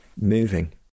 moving